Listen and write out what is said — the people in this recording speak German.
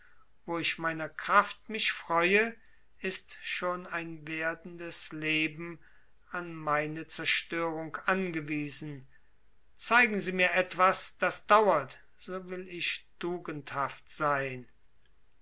wo ich meiner kraft mich freue ist schon ein werdendes leben an meine zerstörung angewiesen zeigen sie mir etwas das dauert so will ich tugendhaft sein